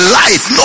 life